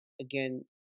again